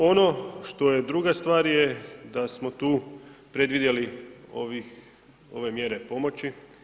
Ono što je druga stvar je da smo tu predvidjeli ovih, ove mjere pomoći.